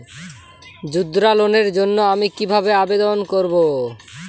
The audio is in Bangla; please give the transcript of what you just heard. মুদ্রা লোনের জন্য আমি কিভাবে আবেদন করবো?